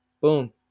Boom